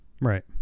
right